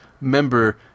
member